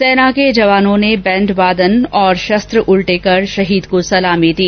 सेना के जवानों ने बैण्ड वादन और शस्त्र उल्टे कर शहीद को सलामी दी